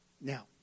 Now